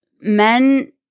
men